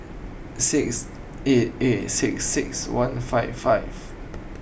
six eight eight six six one five five